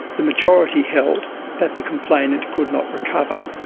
the majority held that the complainant could not recover.